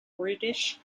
british